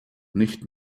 nicht